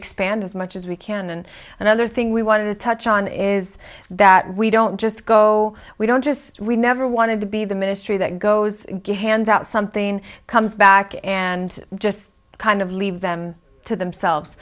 spanned as much as we can and another thing we want to touch on is that we don't just go we don't just we never wanted to be the ministry that goes ganz out something comes back and just kind of leave them to themselves